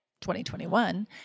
2021